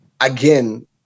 again